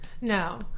No